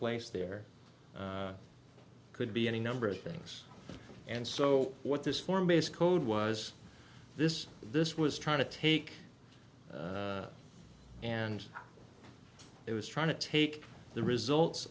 place there could be any number of things and so what this form is code was this this was trying to take and it was trying to take the results